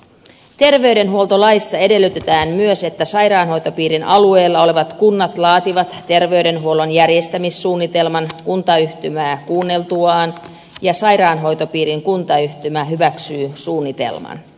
terveydenhuoltolaissa edellytetään myös että sairaanhoitopiirin alueella olevat kunnat laativat terveydenhuollon järjestämissuunnitelman kuntayhtymää kuunneltuaan ja sairaanhoitopiirin kuntayhtymä hyväksyy suunnitelman